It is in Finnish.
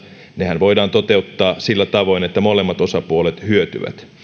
nehän voidaan toteuttaa sillä tavoin että molemmat osapuolet hyötyvät